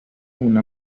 una